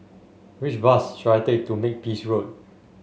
which bus should I take to Makepeace Road